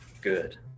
good